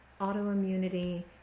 autoimmunity